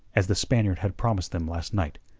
as the spaniard had promised them last night.